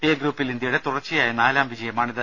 A ഗ്രൂപ്പിൽ ഇന്ത്യയുടെ തുടർച്ചയായ നാലാം വിജയമാണിത്